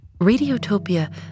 Radiotopia